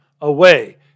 away